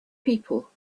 people